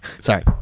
Sorry